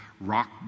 Rock